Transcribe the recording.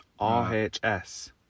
RHS